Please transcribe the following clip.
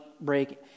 break